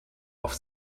auf